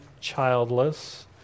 childless